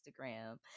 Instagram